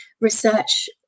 research